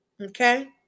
Okay